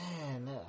man